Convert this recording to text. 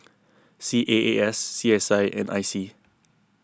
C A A S C S I and I C